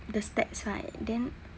the stats right then